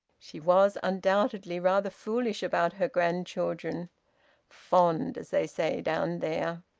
she was undoubtedly rather foolish about her grandchildren fond, as they say down there.